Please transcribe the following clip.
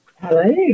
Hello